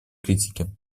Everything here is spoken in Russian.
критики